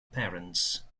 parents